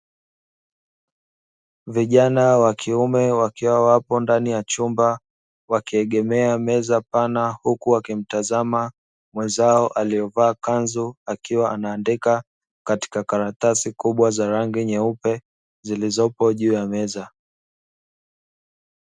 Vijana wa kiume wakiwa wapo ndani ya chumba wakiegemea meza pana huku wakimtazama mwenzao aliovaa kanzu akiwa anaandika katika karatasi kubwa za rangi nyeupe zilizopo juu ya meza.